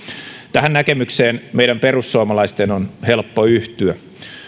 tähän näkemykseen meidän perussuomalaisten on helppo yhtyä